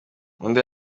undi